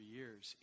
years